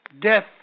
Death